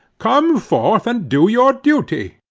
come forth and do your duty.